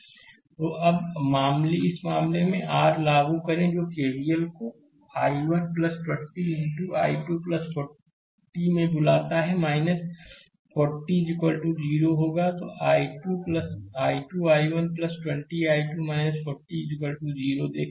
slide समय देखें 2148 तो अब इस मामले में आर लागू करें जो केवीएल को I 1 20 इनटू I2 40 में बुलाता है 40 0 होगा 12 I1 20 I2 40 0 देखें